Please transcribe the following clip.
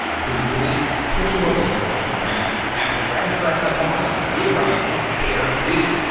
clue three, put in below the home of brown. after driving for a couple miles, we arrive at bear creek,